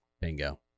Bingo